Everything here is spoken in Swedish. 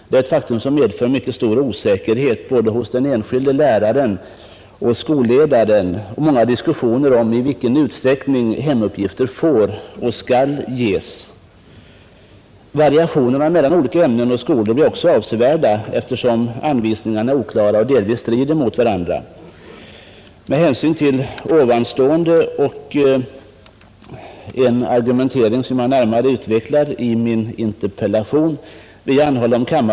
Det medför stor osäkerhet hos den enskilde läraren och skolledaren om i vilken utsträckning hemuppgifter får och skall ges. Variationerna mellan olika ämnen och skolor kan också bli avsevärda, beroende på oklarheten i anvisningarna. En följd av detta är, att elever i samma ämne och årskurs men från skilda klasser kan ha mycket olika mängd hemuppgifter, trots att kursoch timplanerna är identiska. ”Huvuddelen av det med skolan förbundna arbetet skall eleven utföra på skoltid. Lektionerna skall användas för aktiv inlärning. Detta gäller såväl inlärning av allmänorienterande stoff som färdighetsträning i läsning, skrivning, räkning och främmande språk. Eleverna bör få individuell handledning i skolan i naturliga arbetssituationer och med tillgång till lämpliga läromedel.